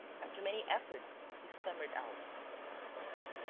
after many efforts, he stammered out no.